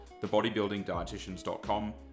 thebodybuildingdietitians.com